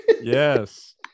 Yes